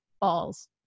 balls